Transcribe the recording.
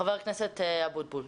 חבר הכנסת אבוטבול.